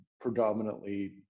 predominantly